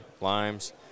limes